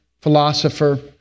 philosopher